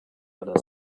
other